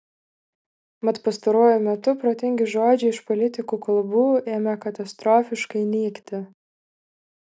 mat pastaruoju metu protingi žodžiai iš politikų kalbų ėmė katastrofiškai nykti